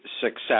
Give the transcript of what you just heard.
success